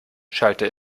schallte